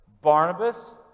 Barnabas